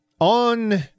On